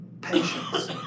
Patience